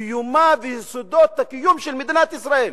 קיומה ועל יסודות הקיום של מדינת ישראל.